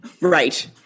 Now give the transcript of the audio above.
Right